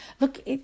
look